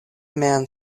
mian